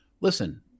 Listen